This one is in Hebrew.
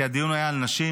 כי הדיון היה על נשים.